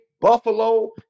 Buffalo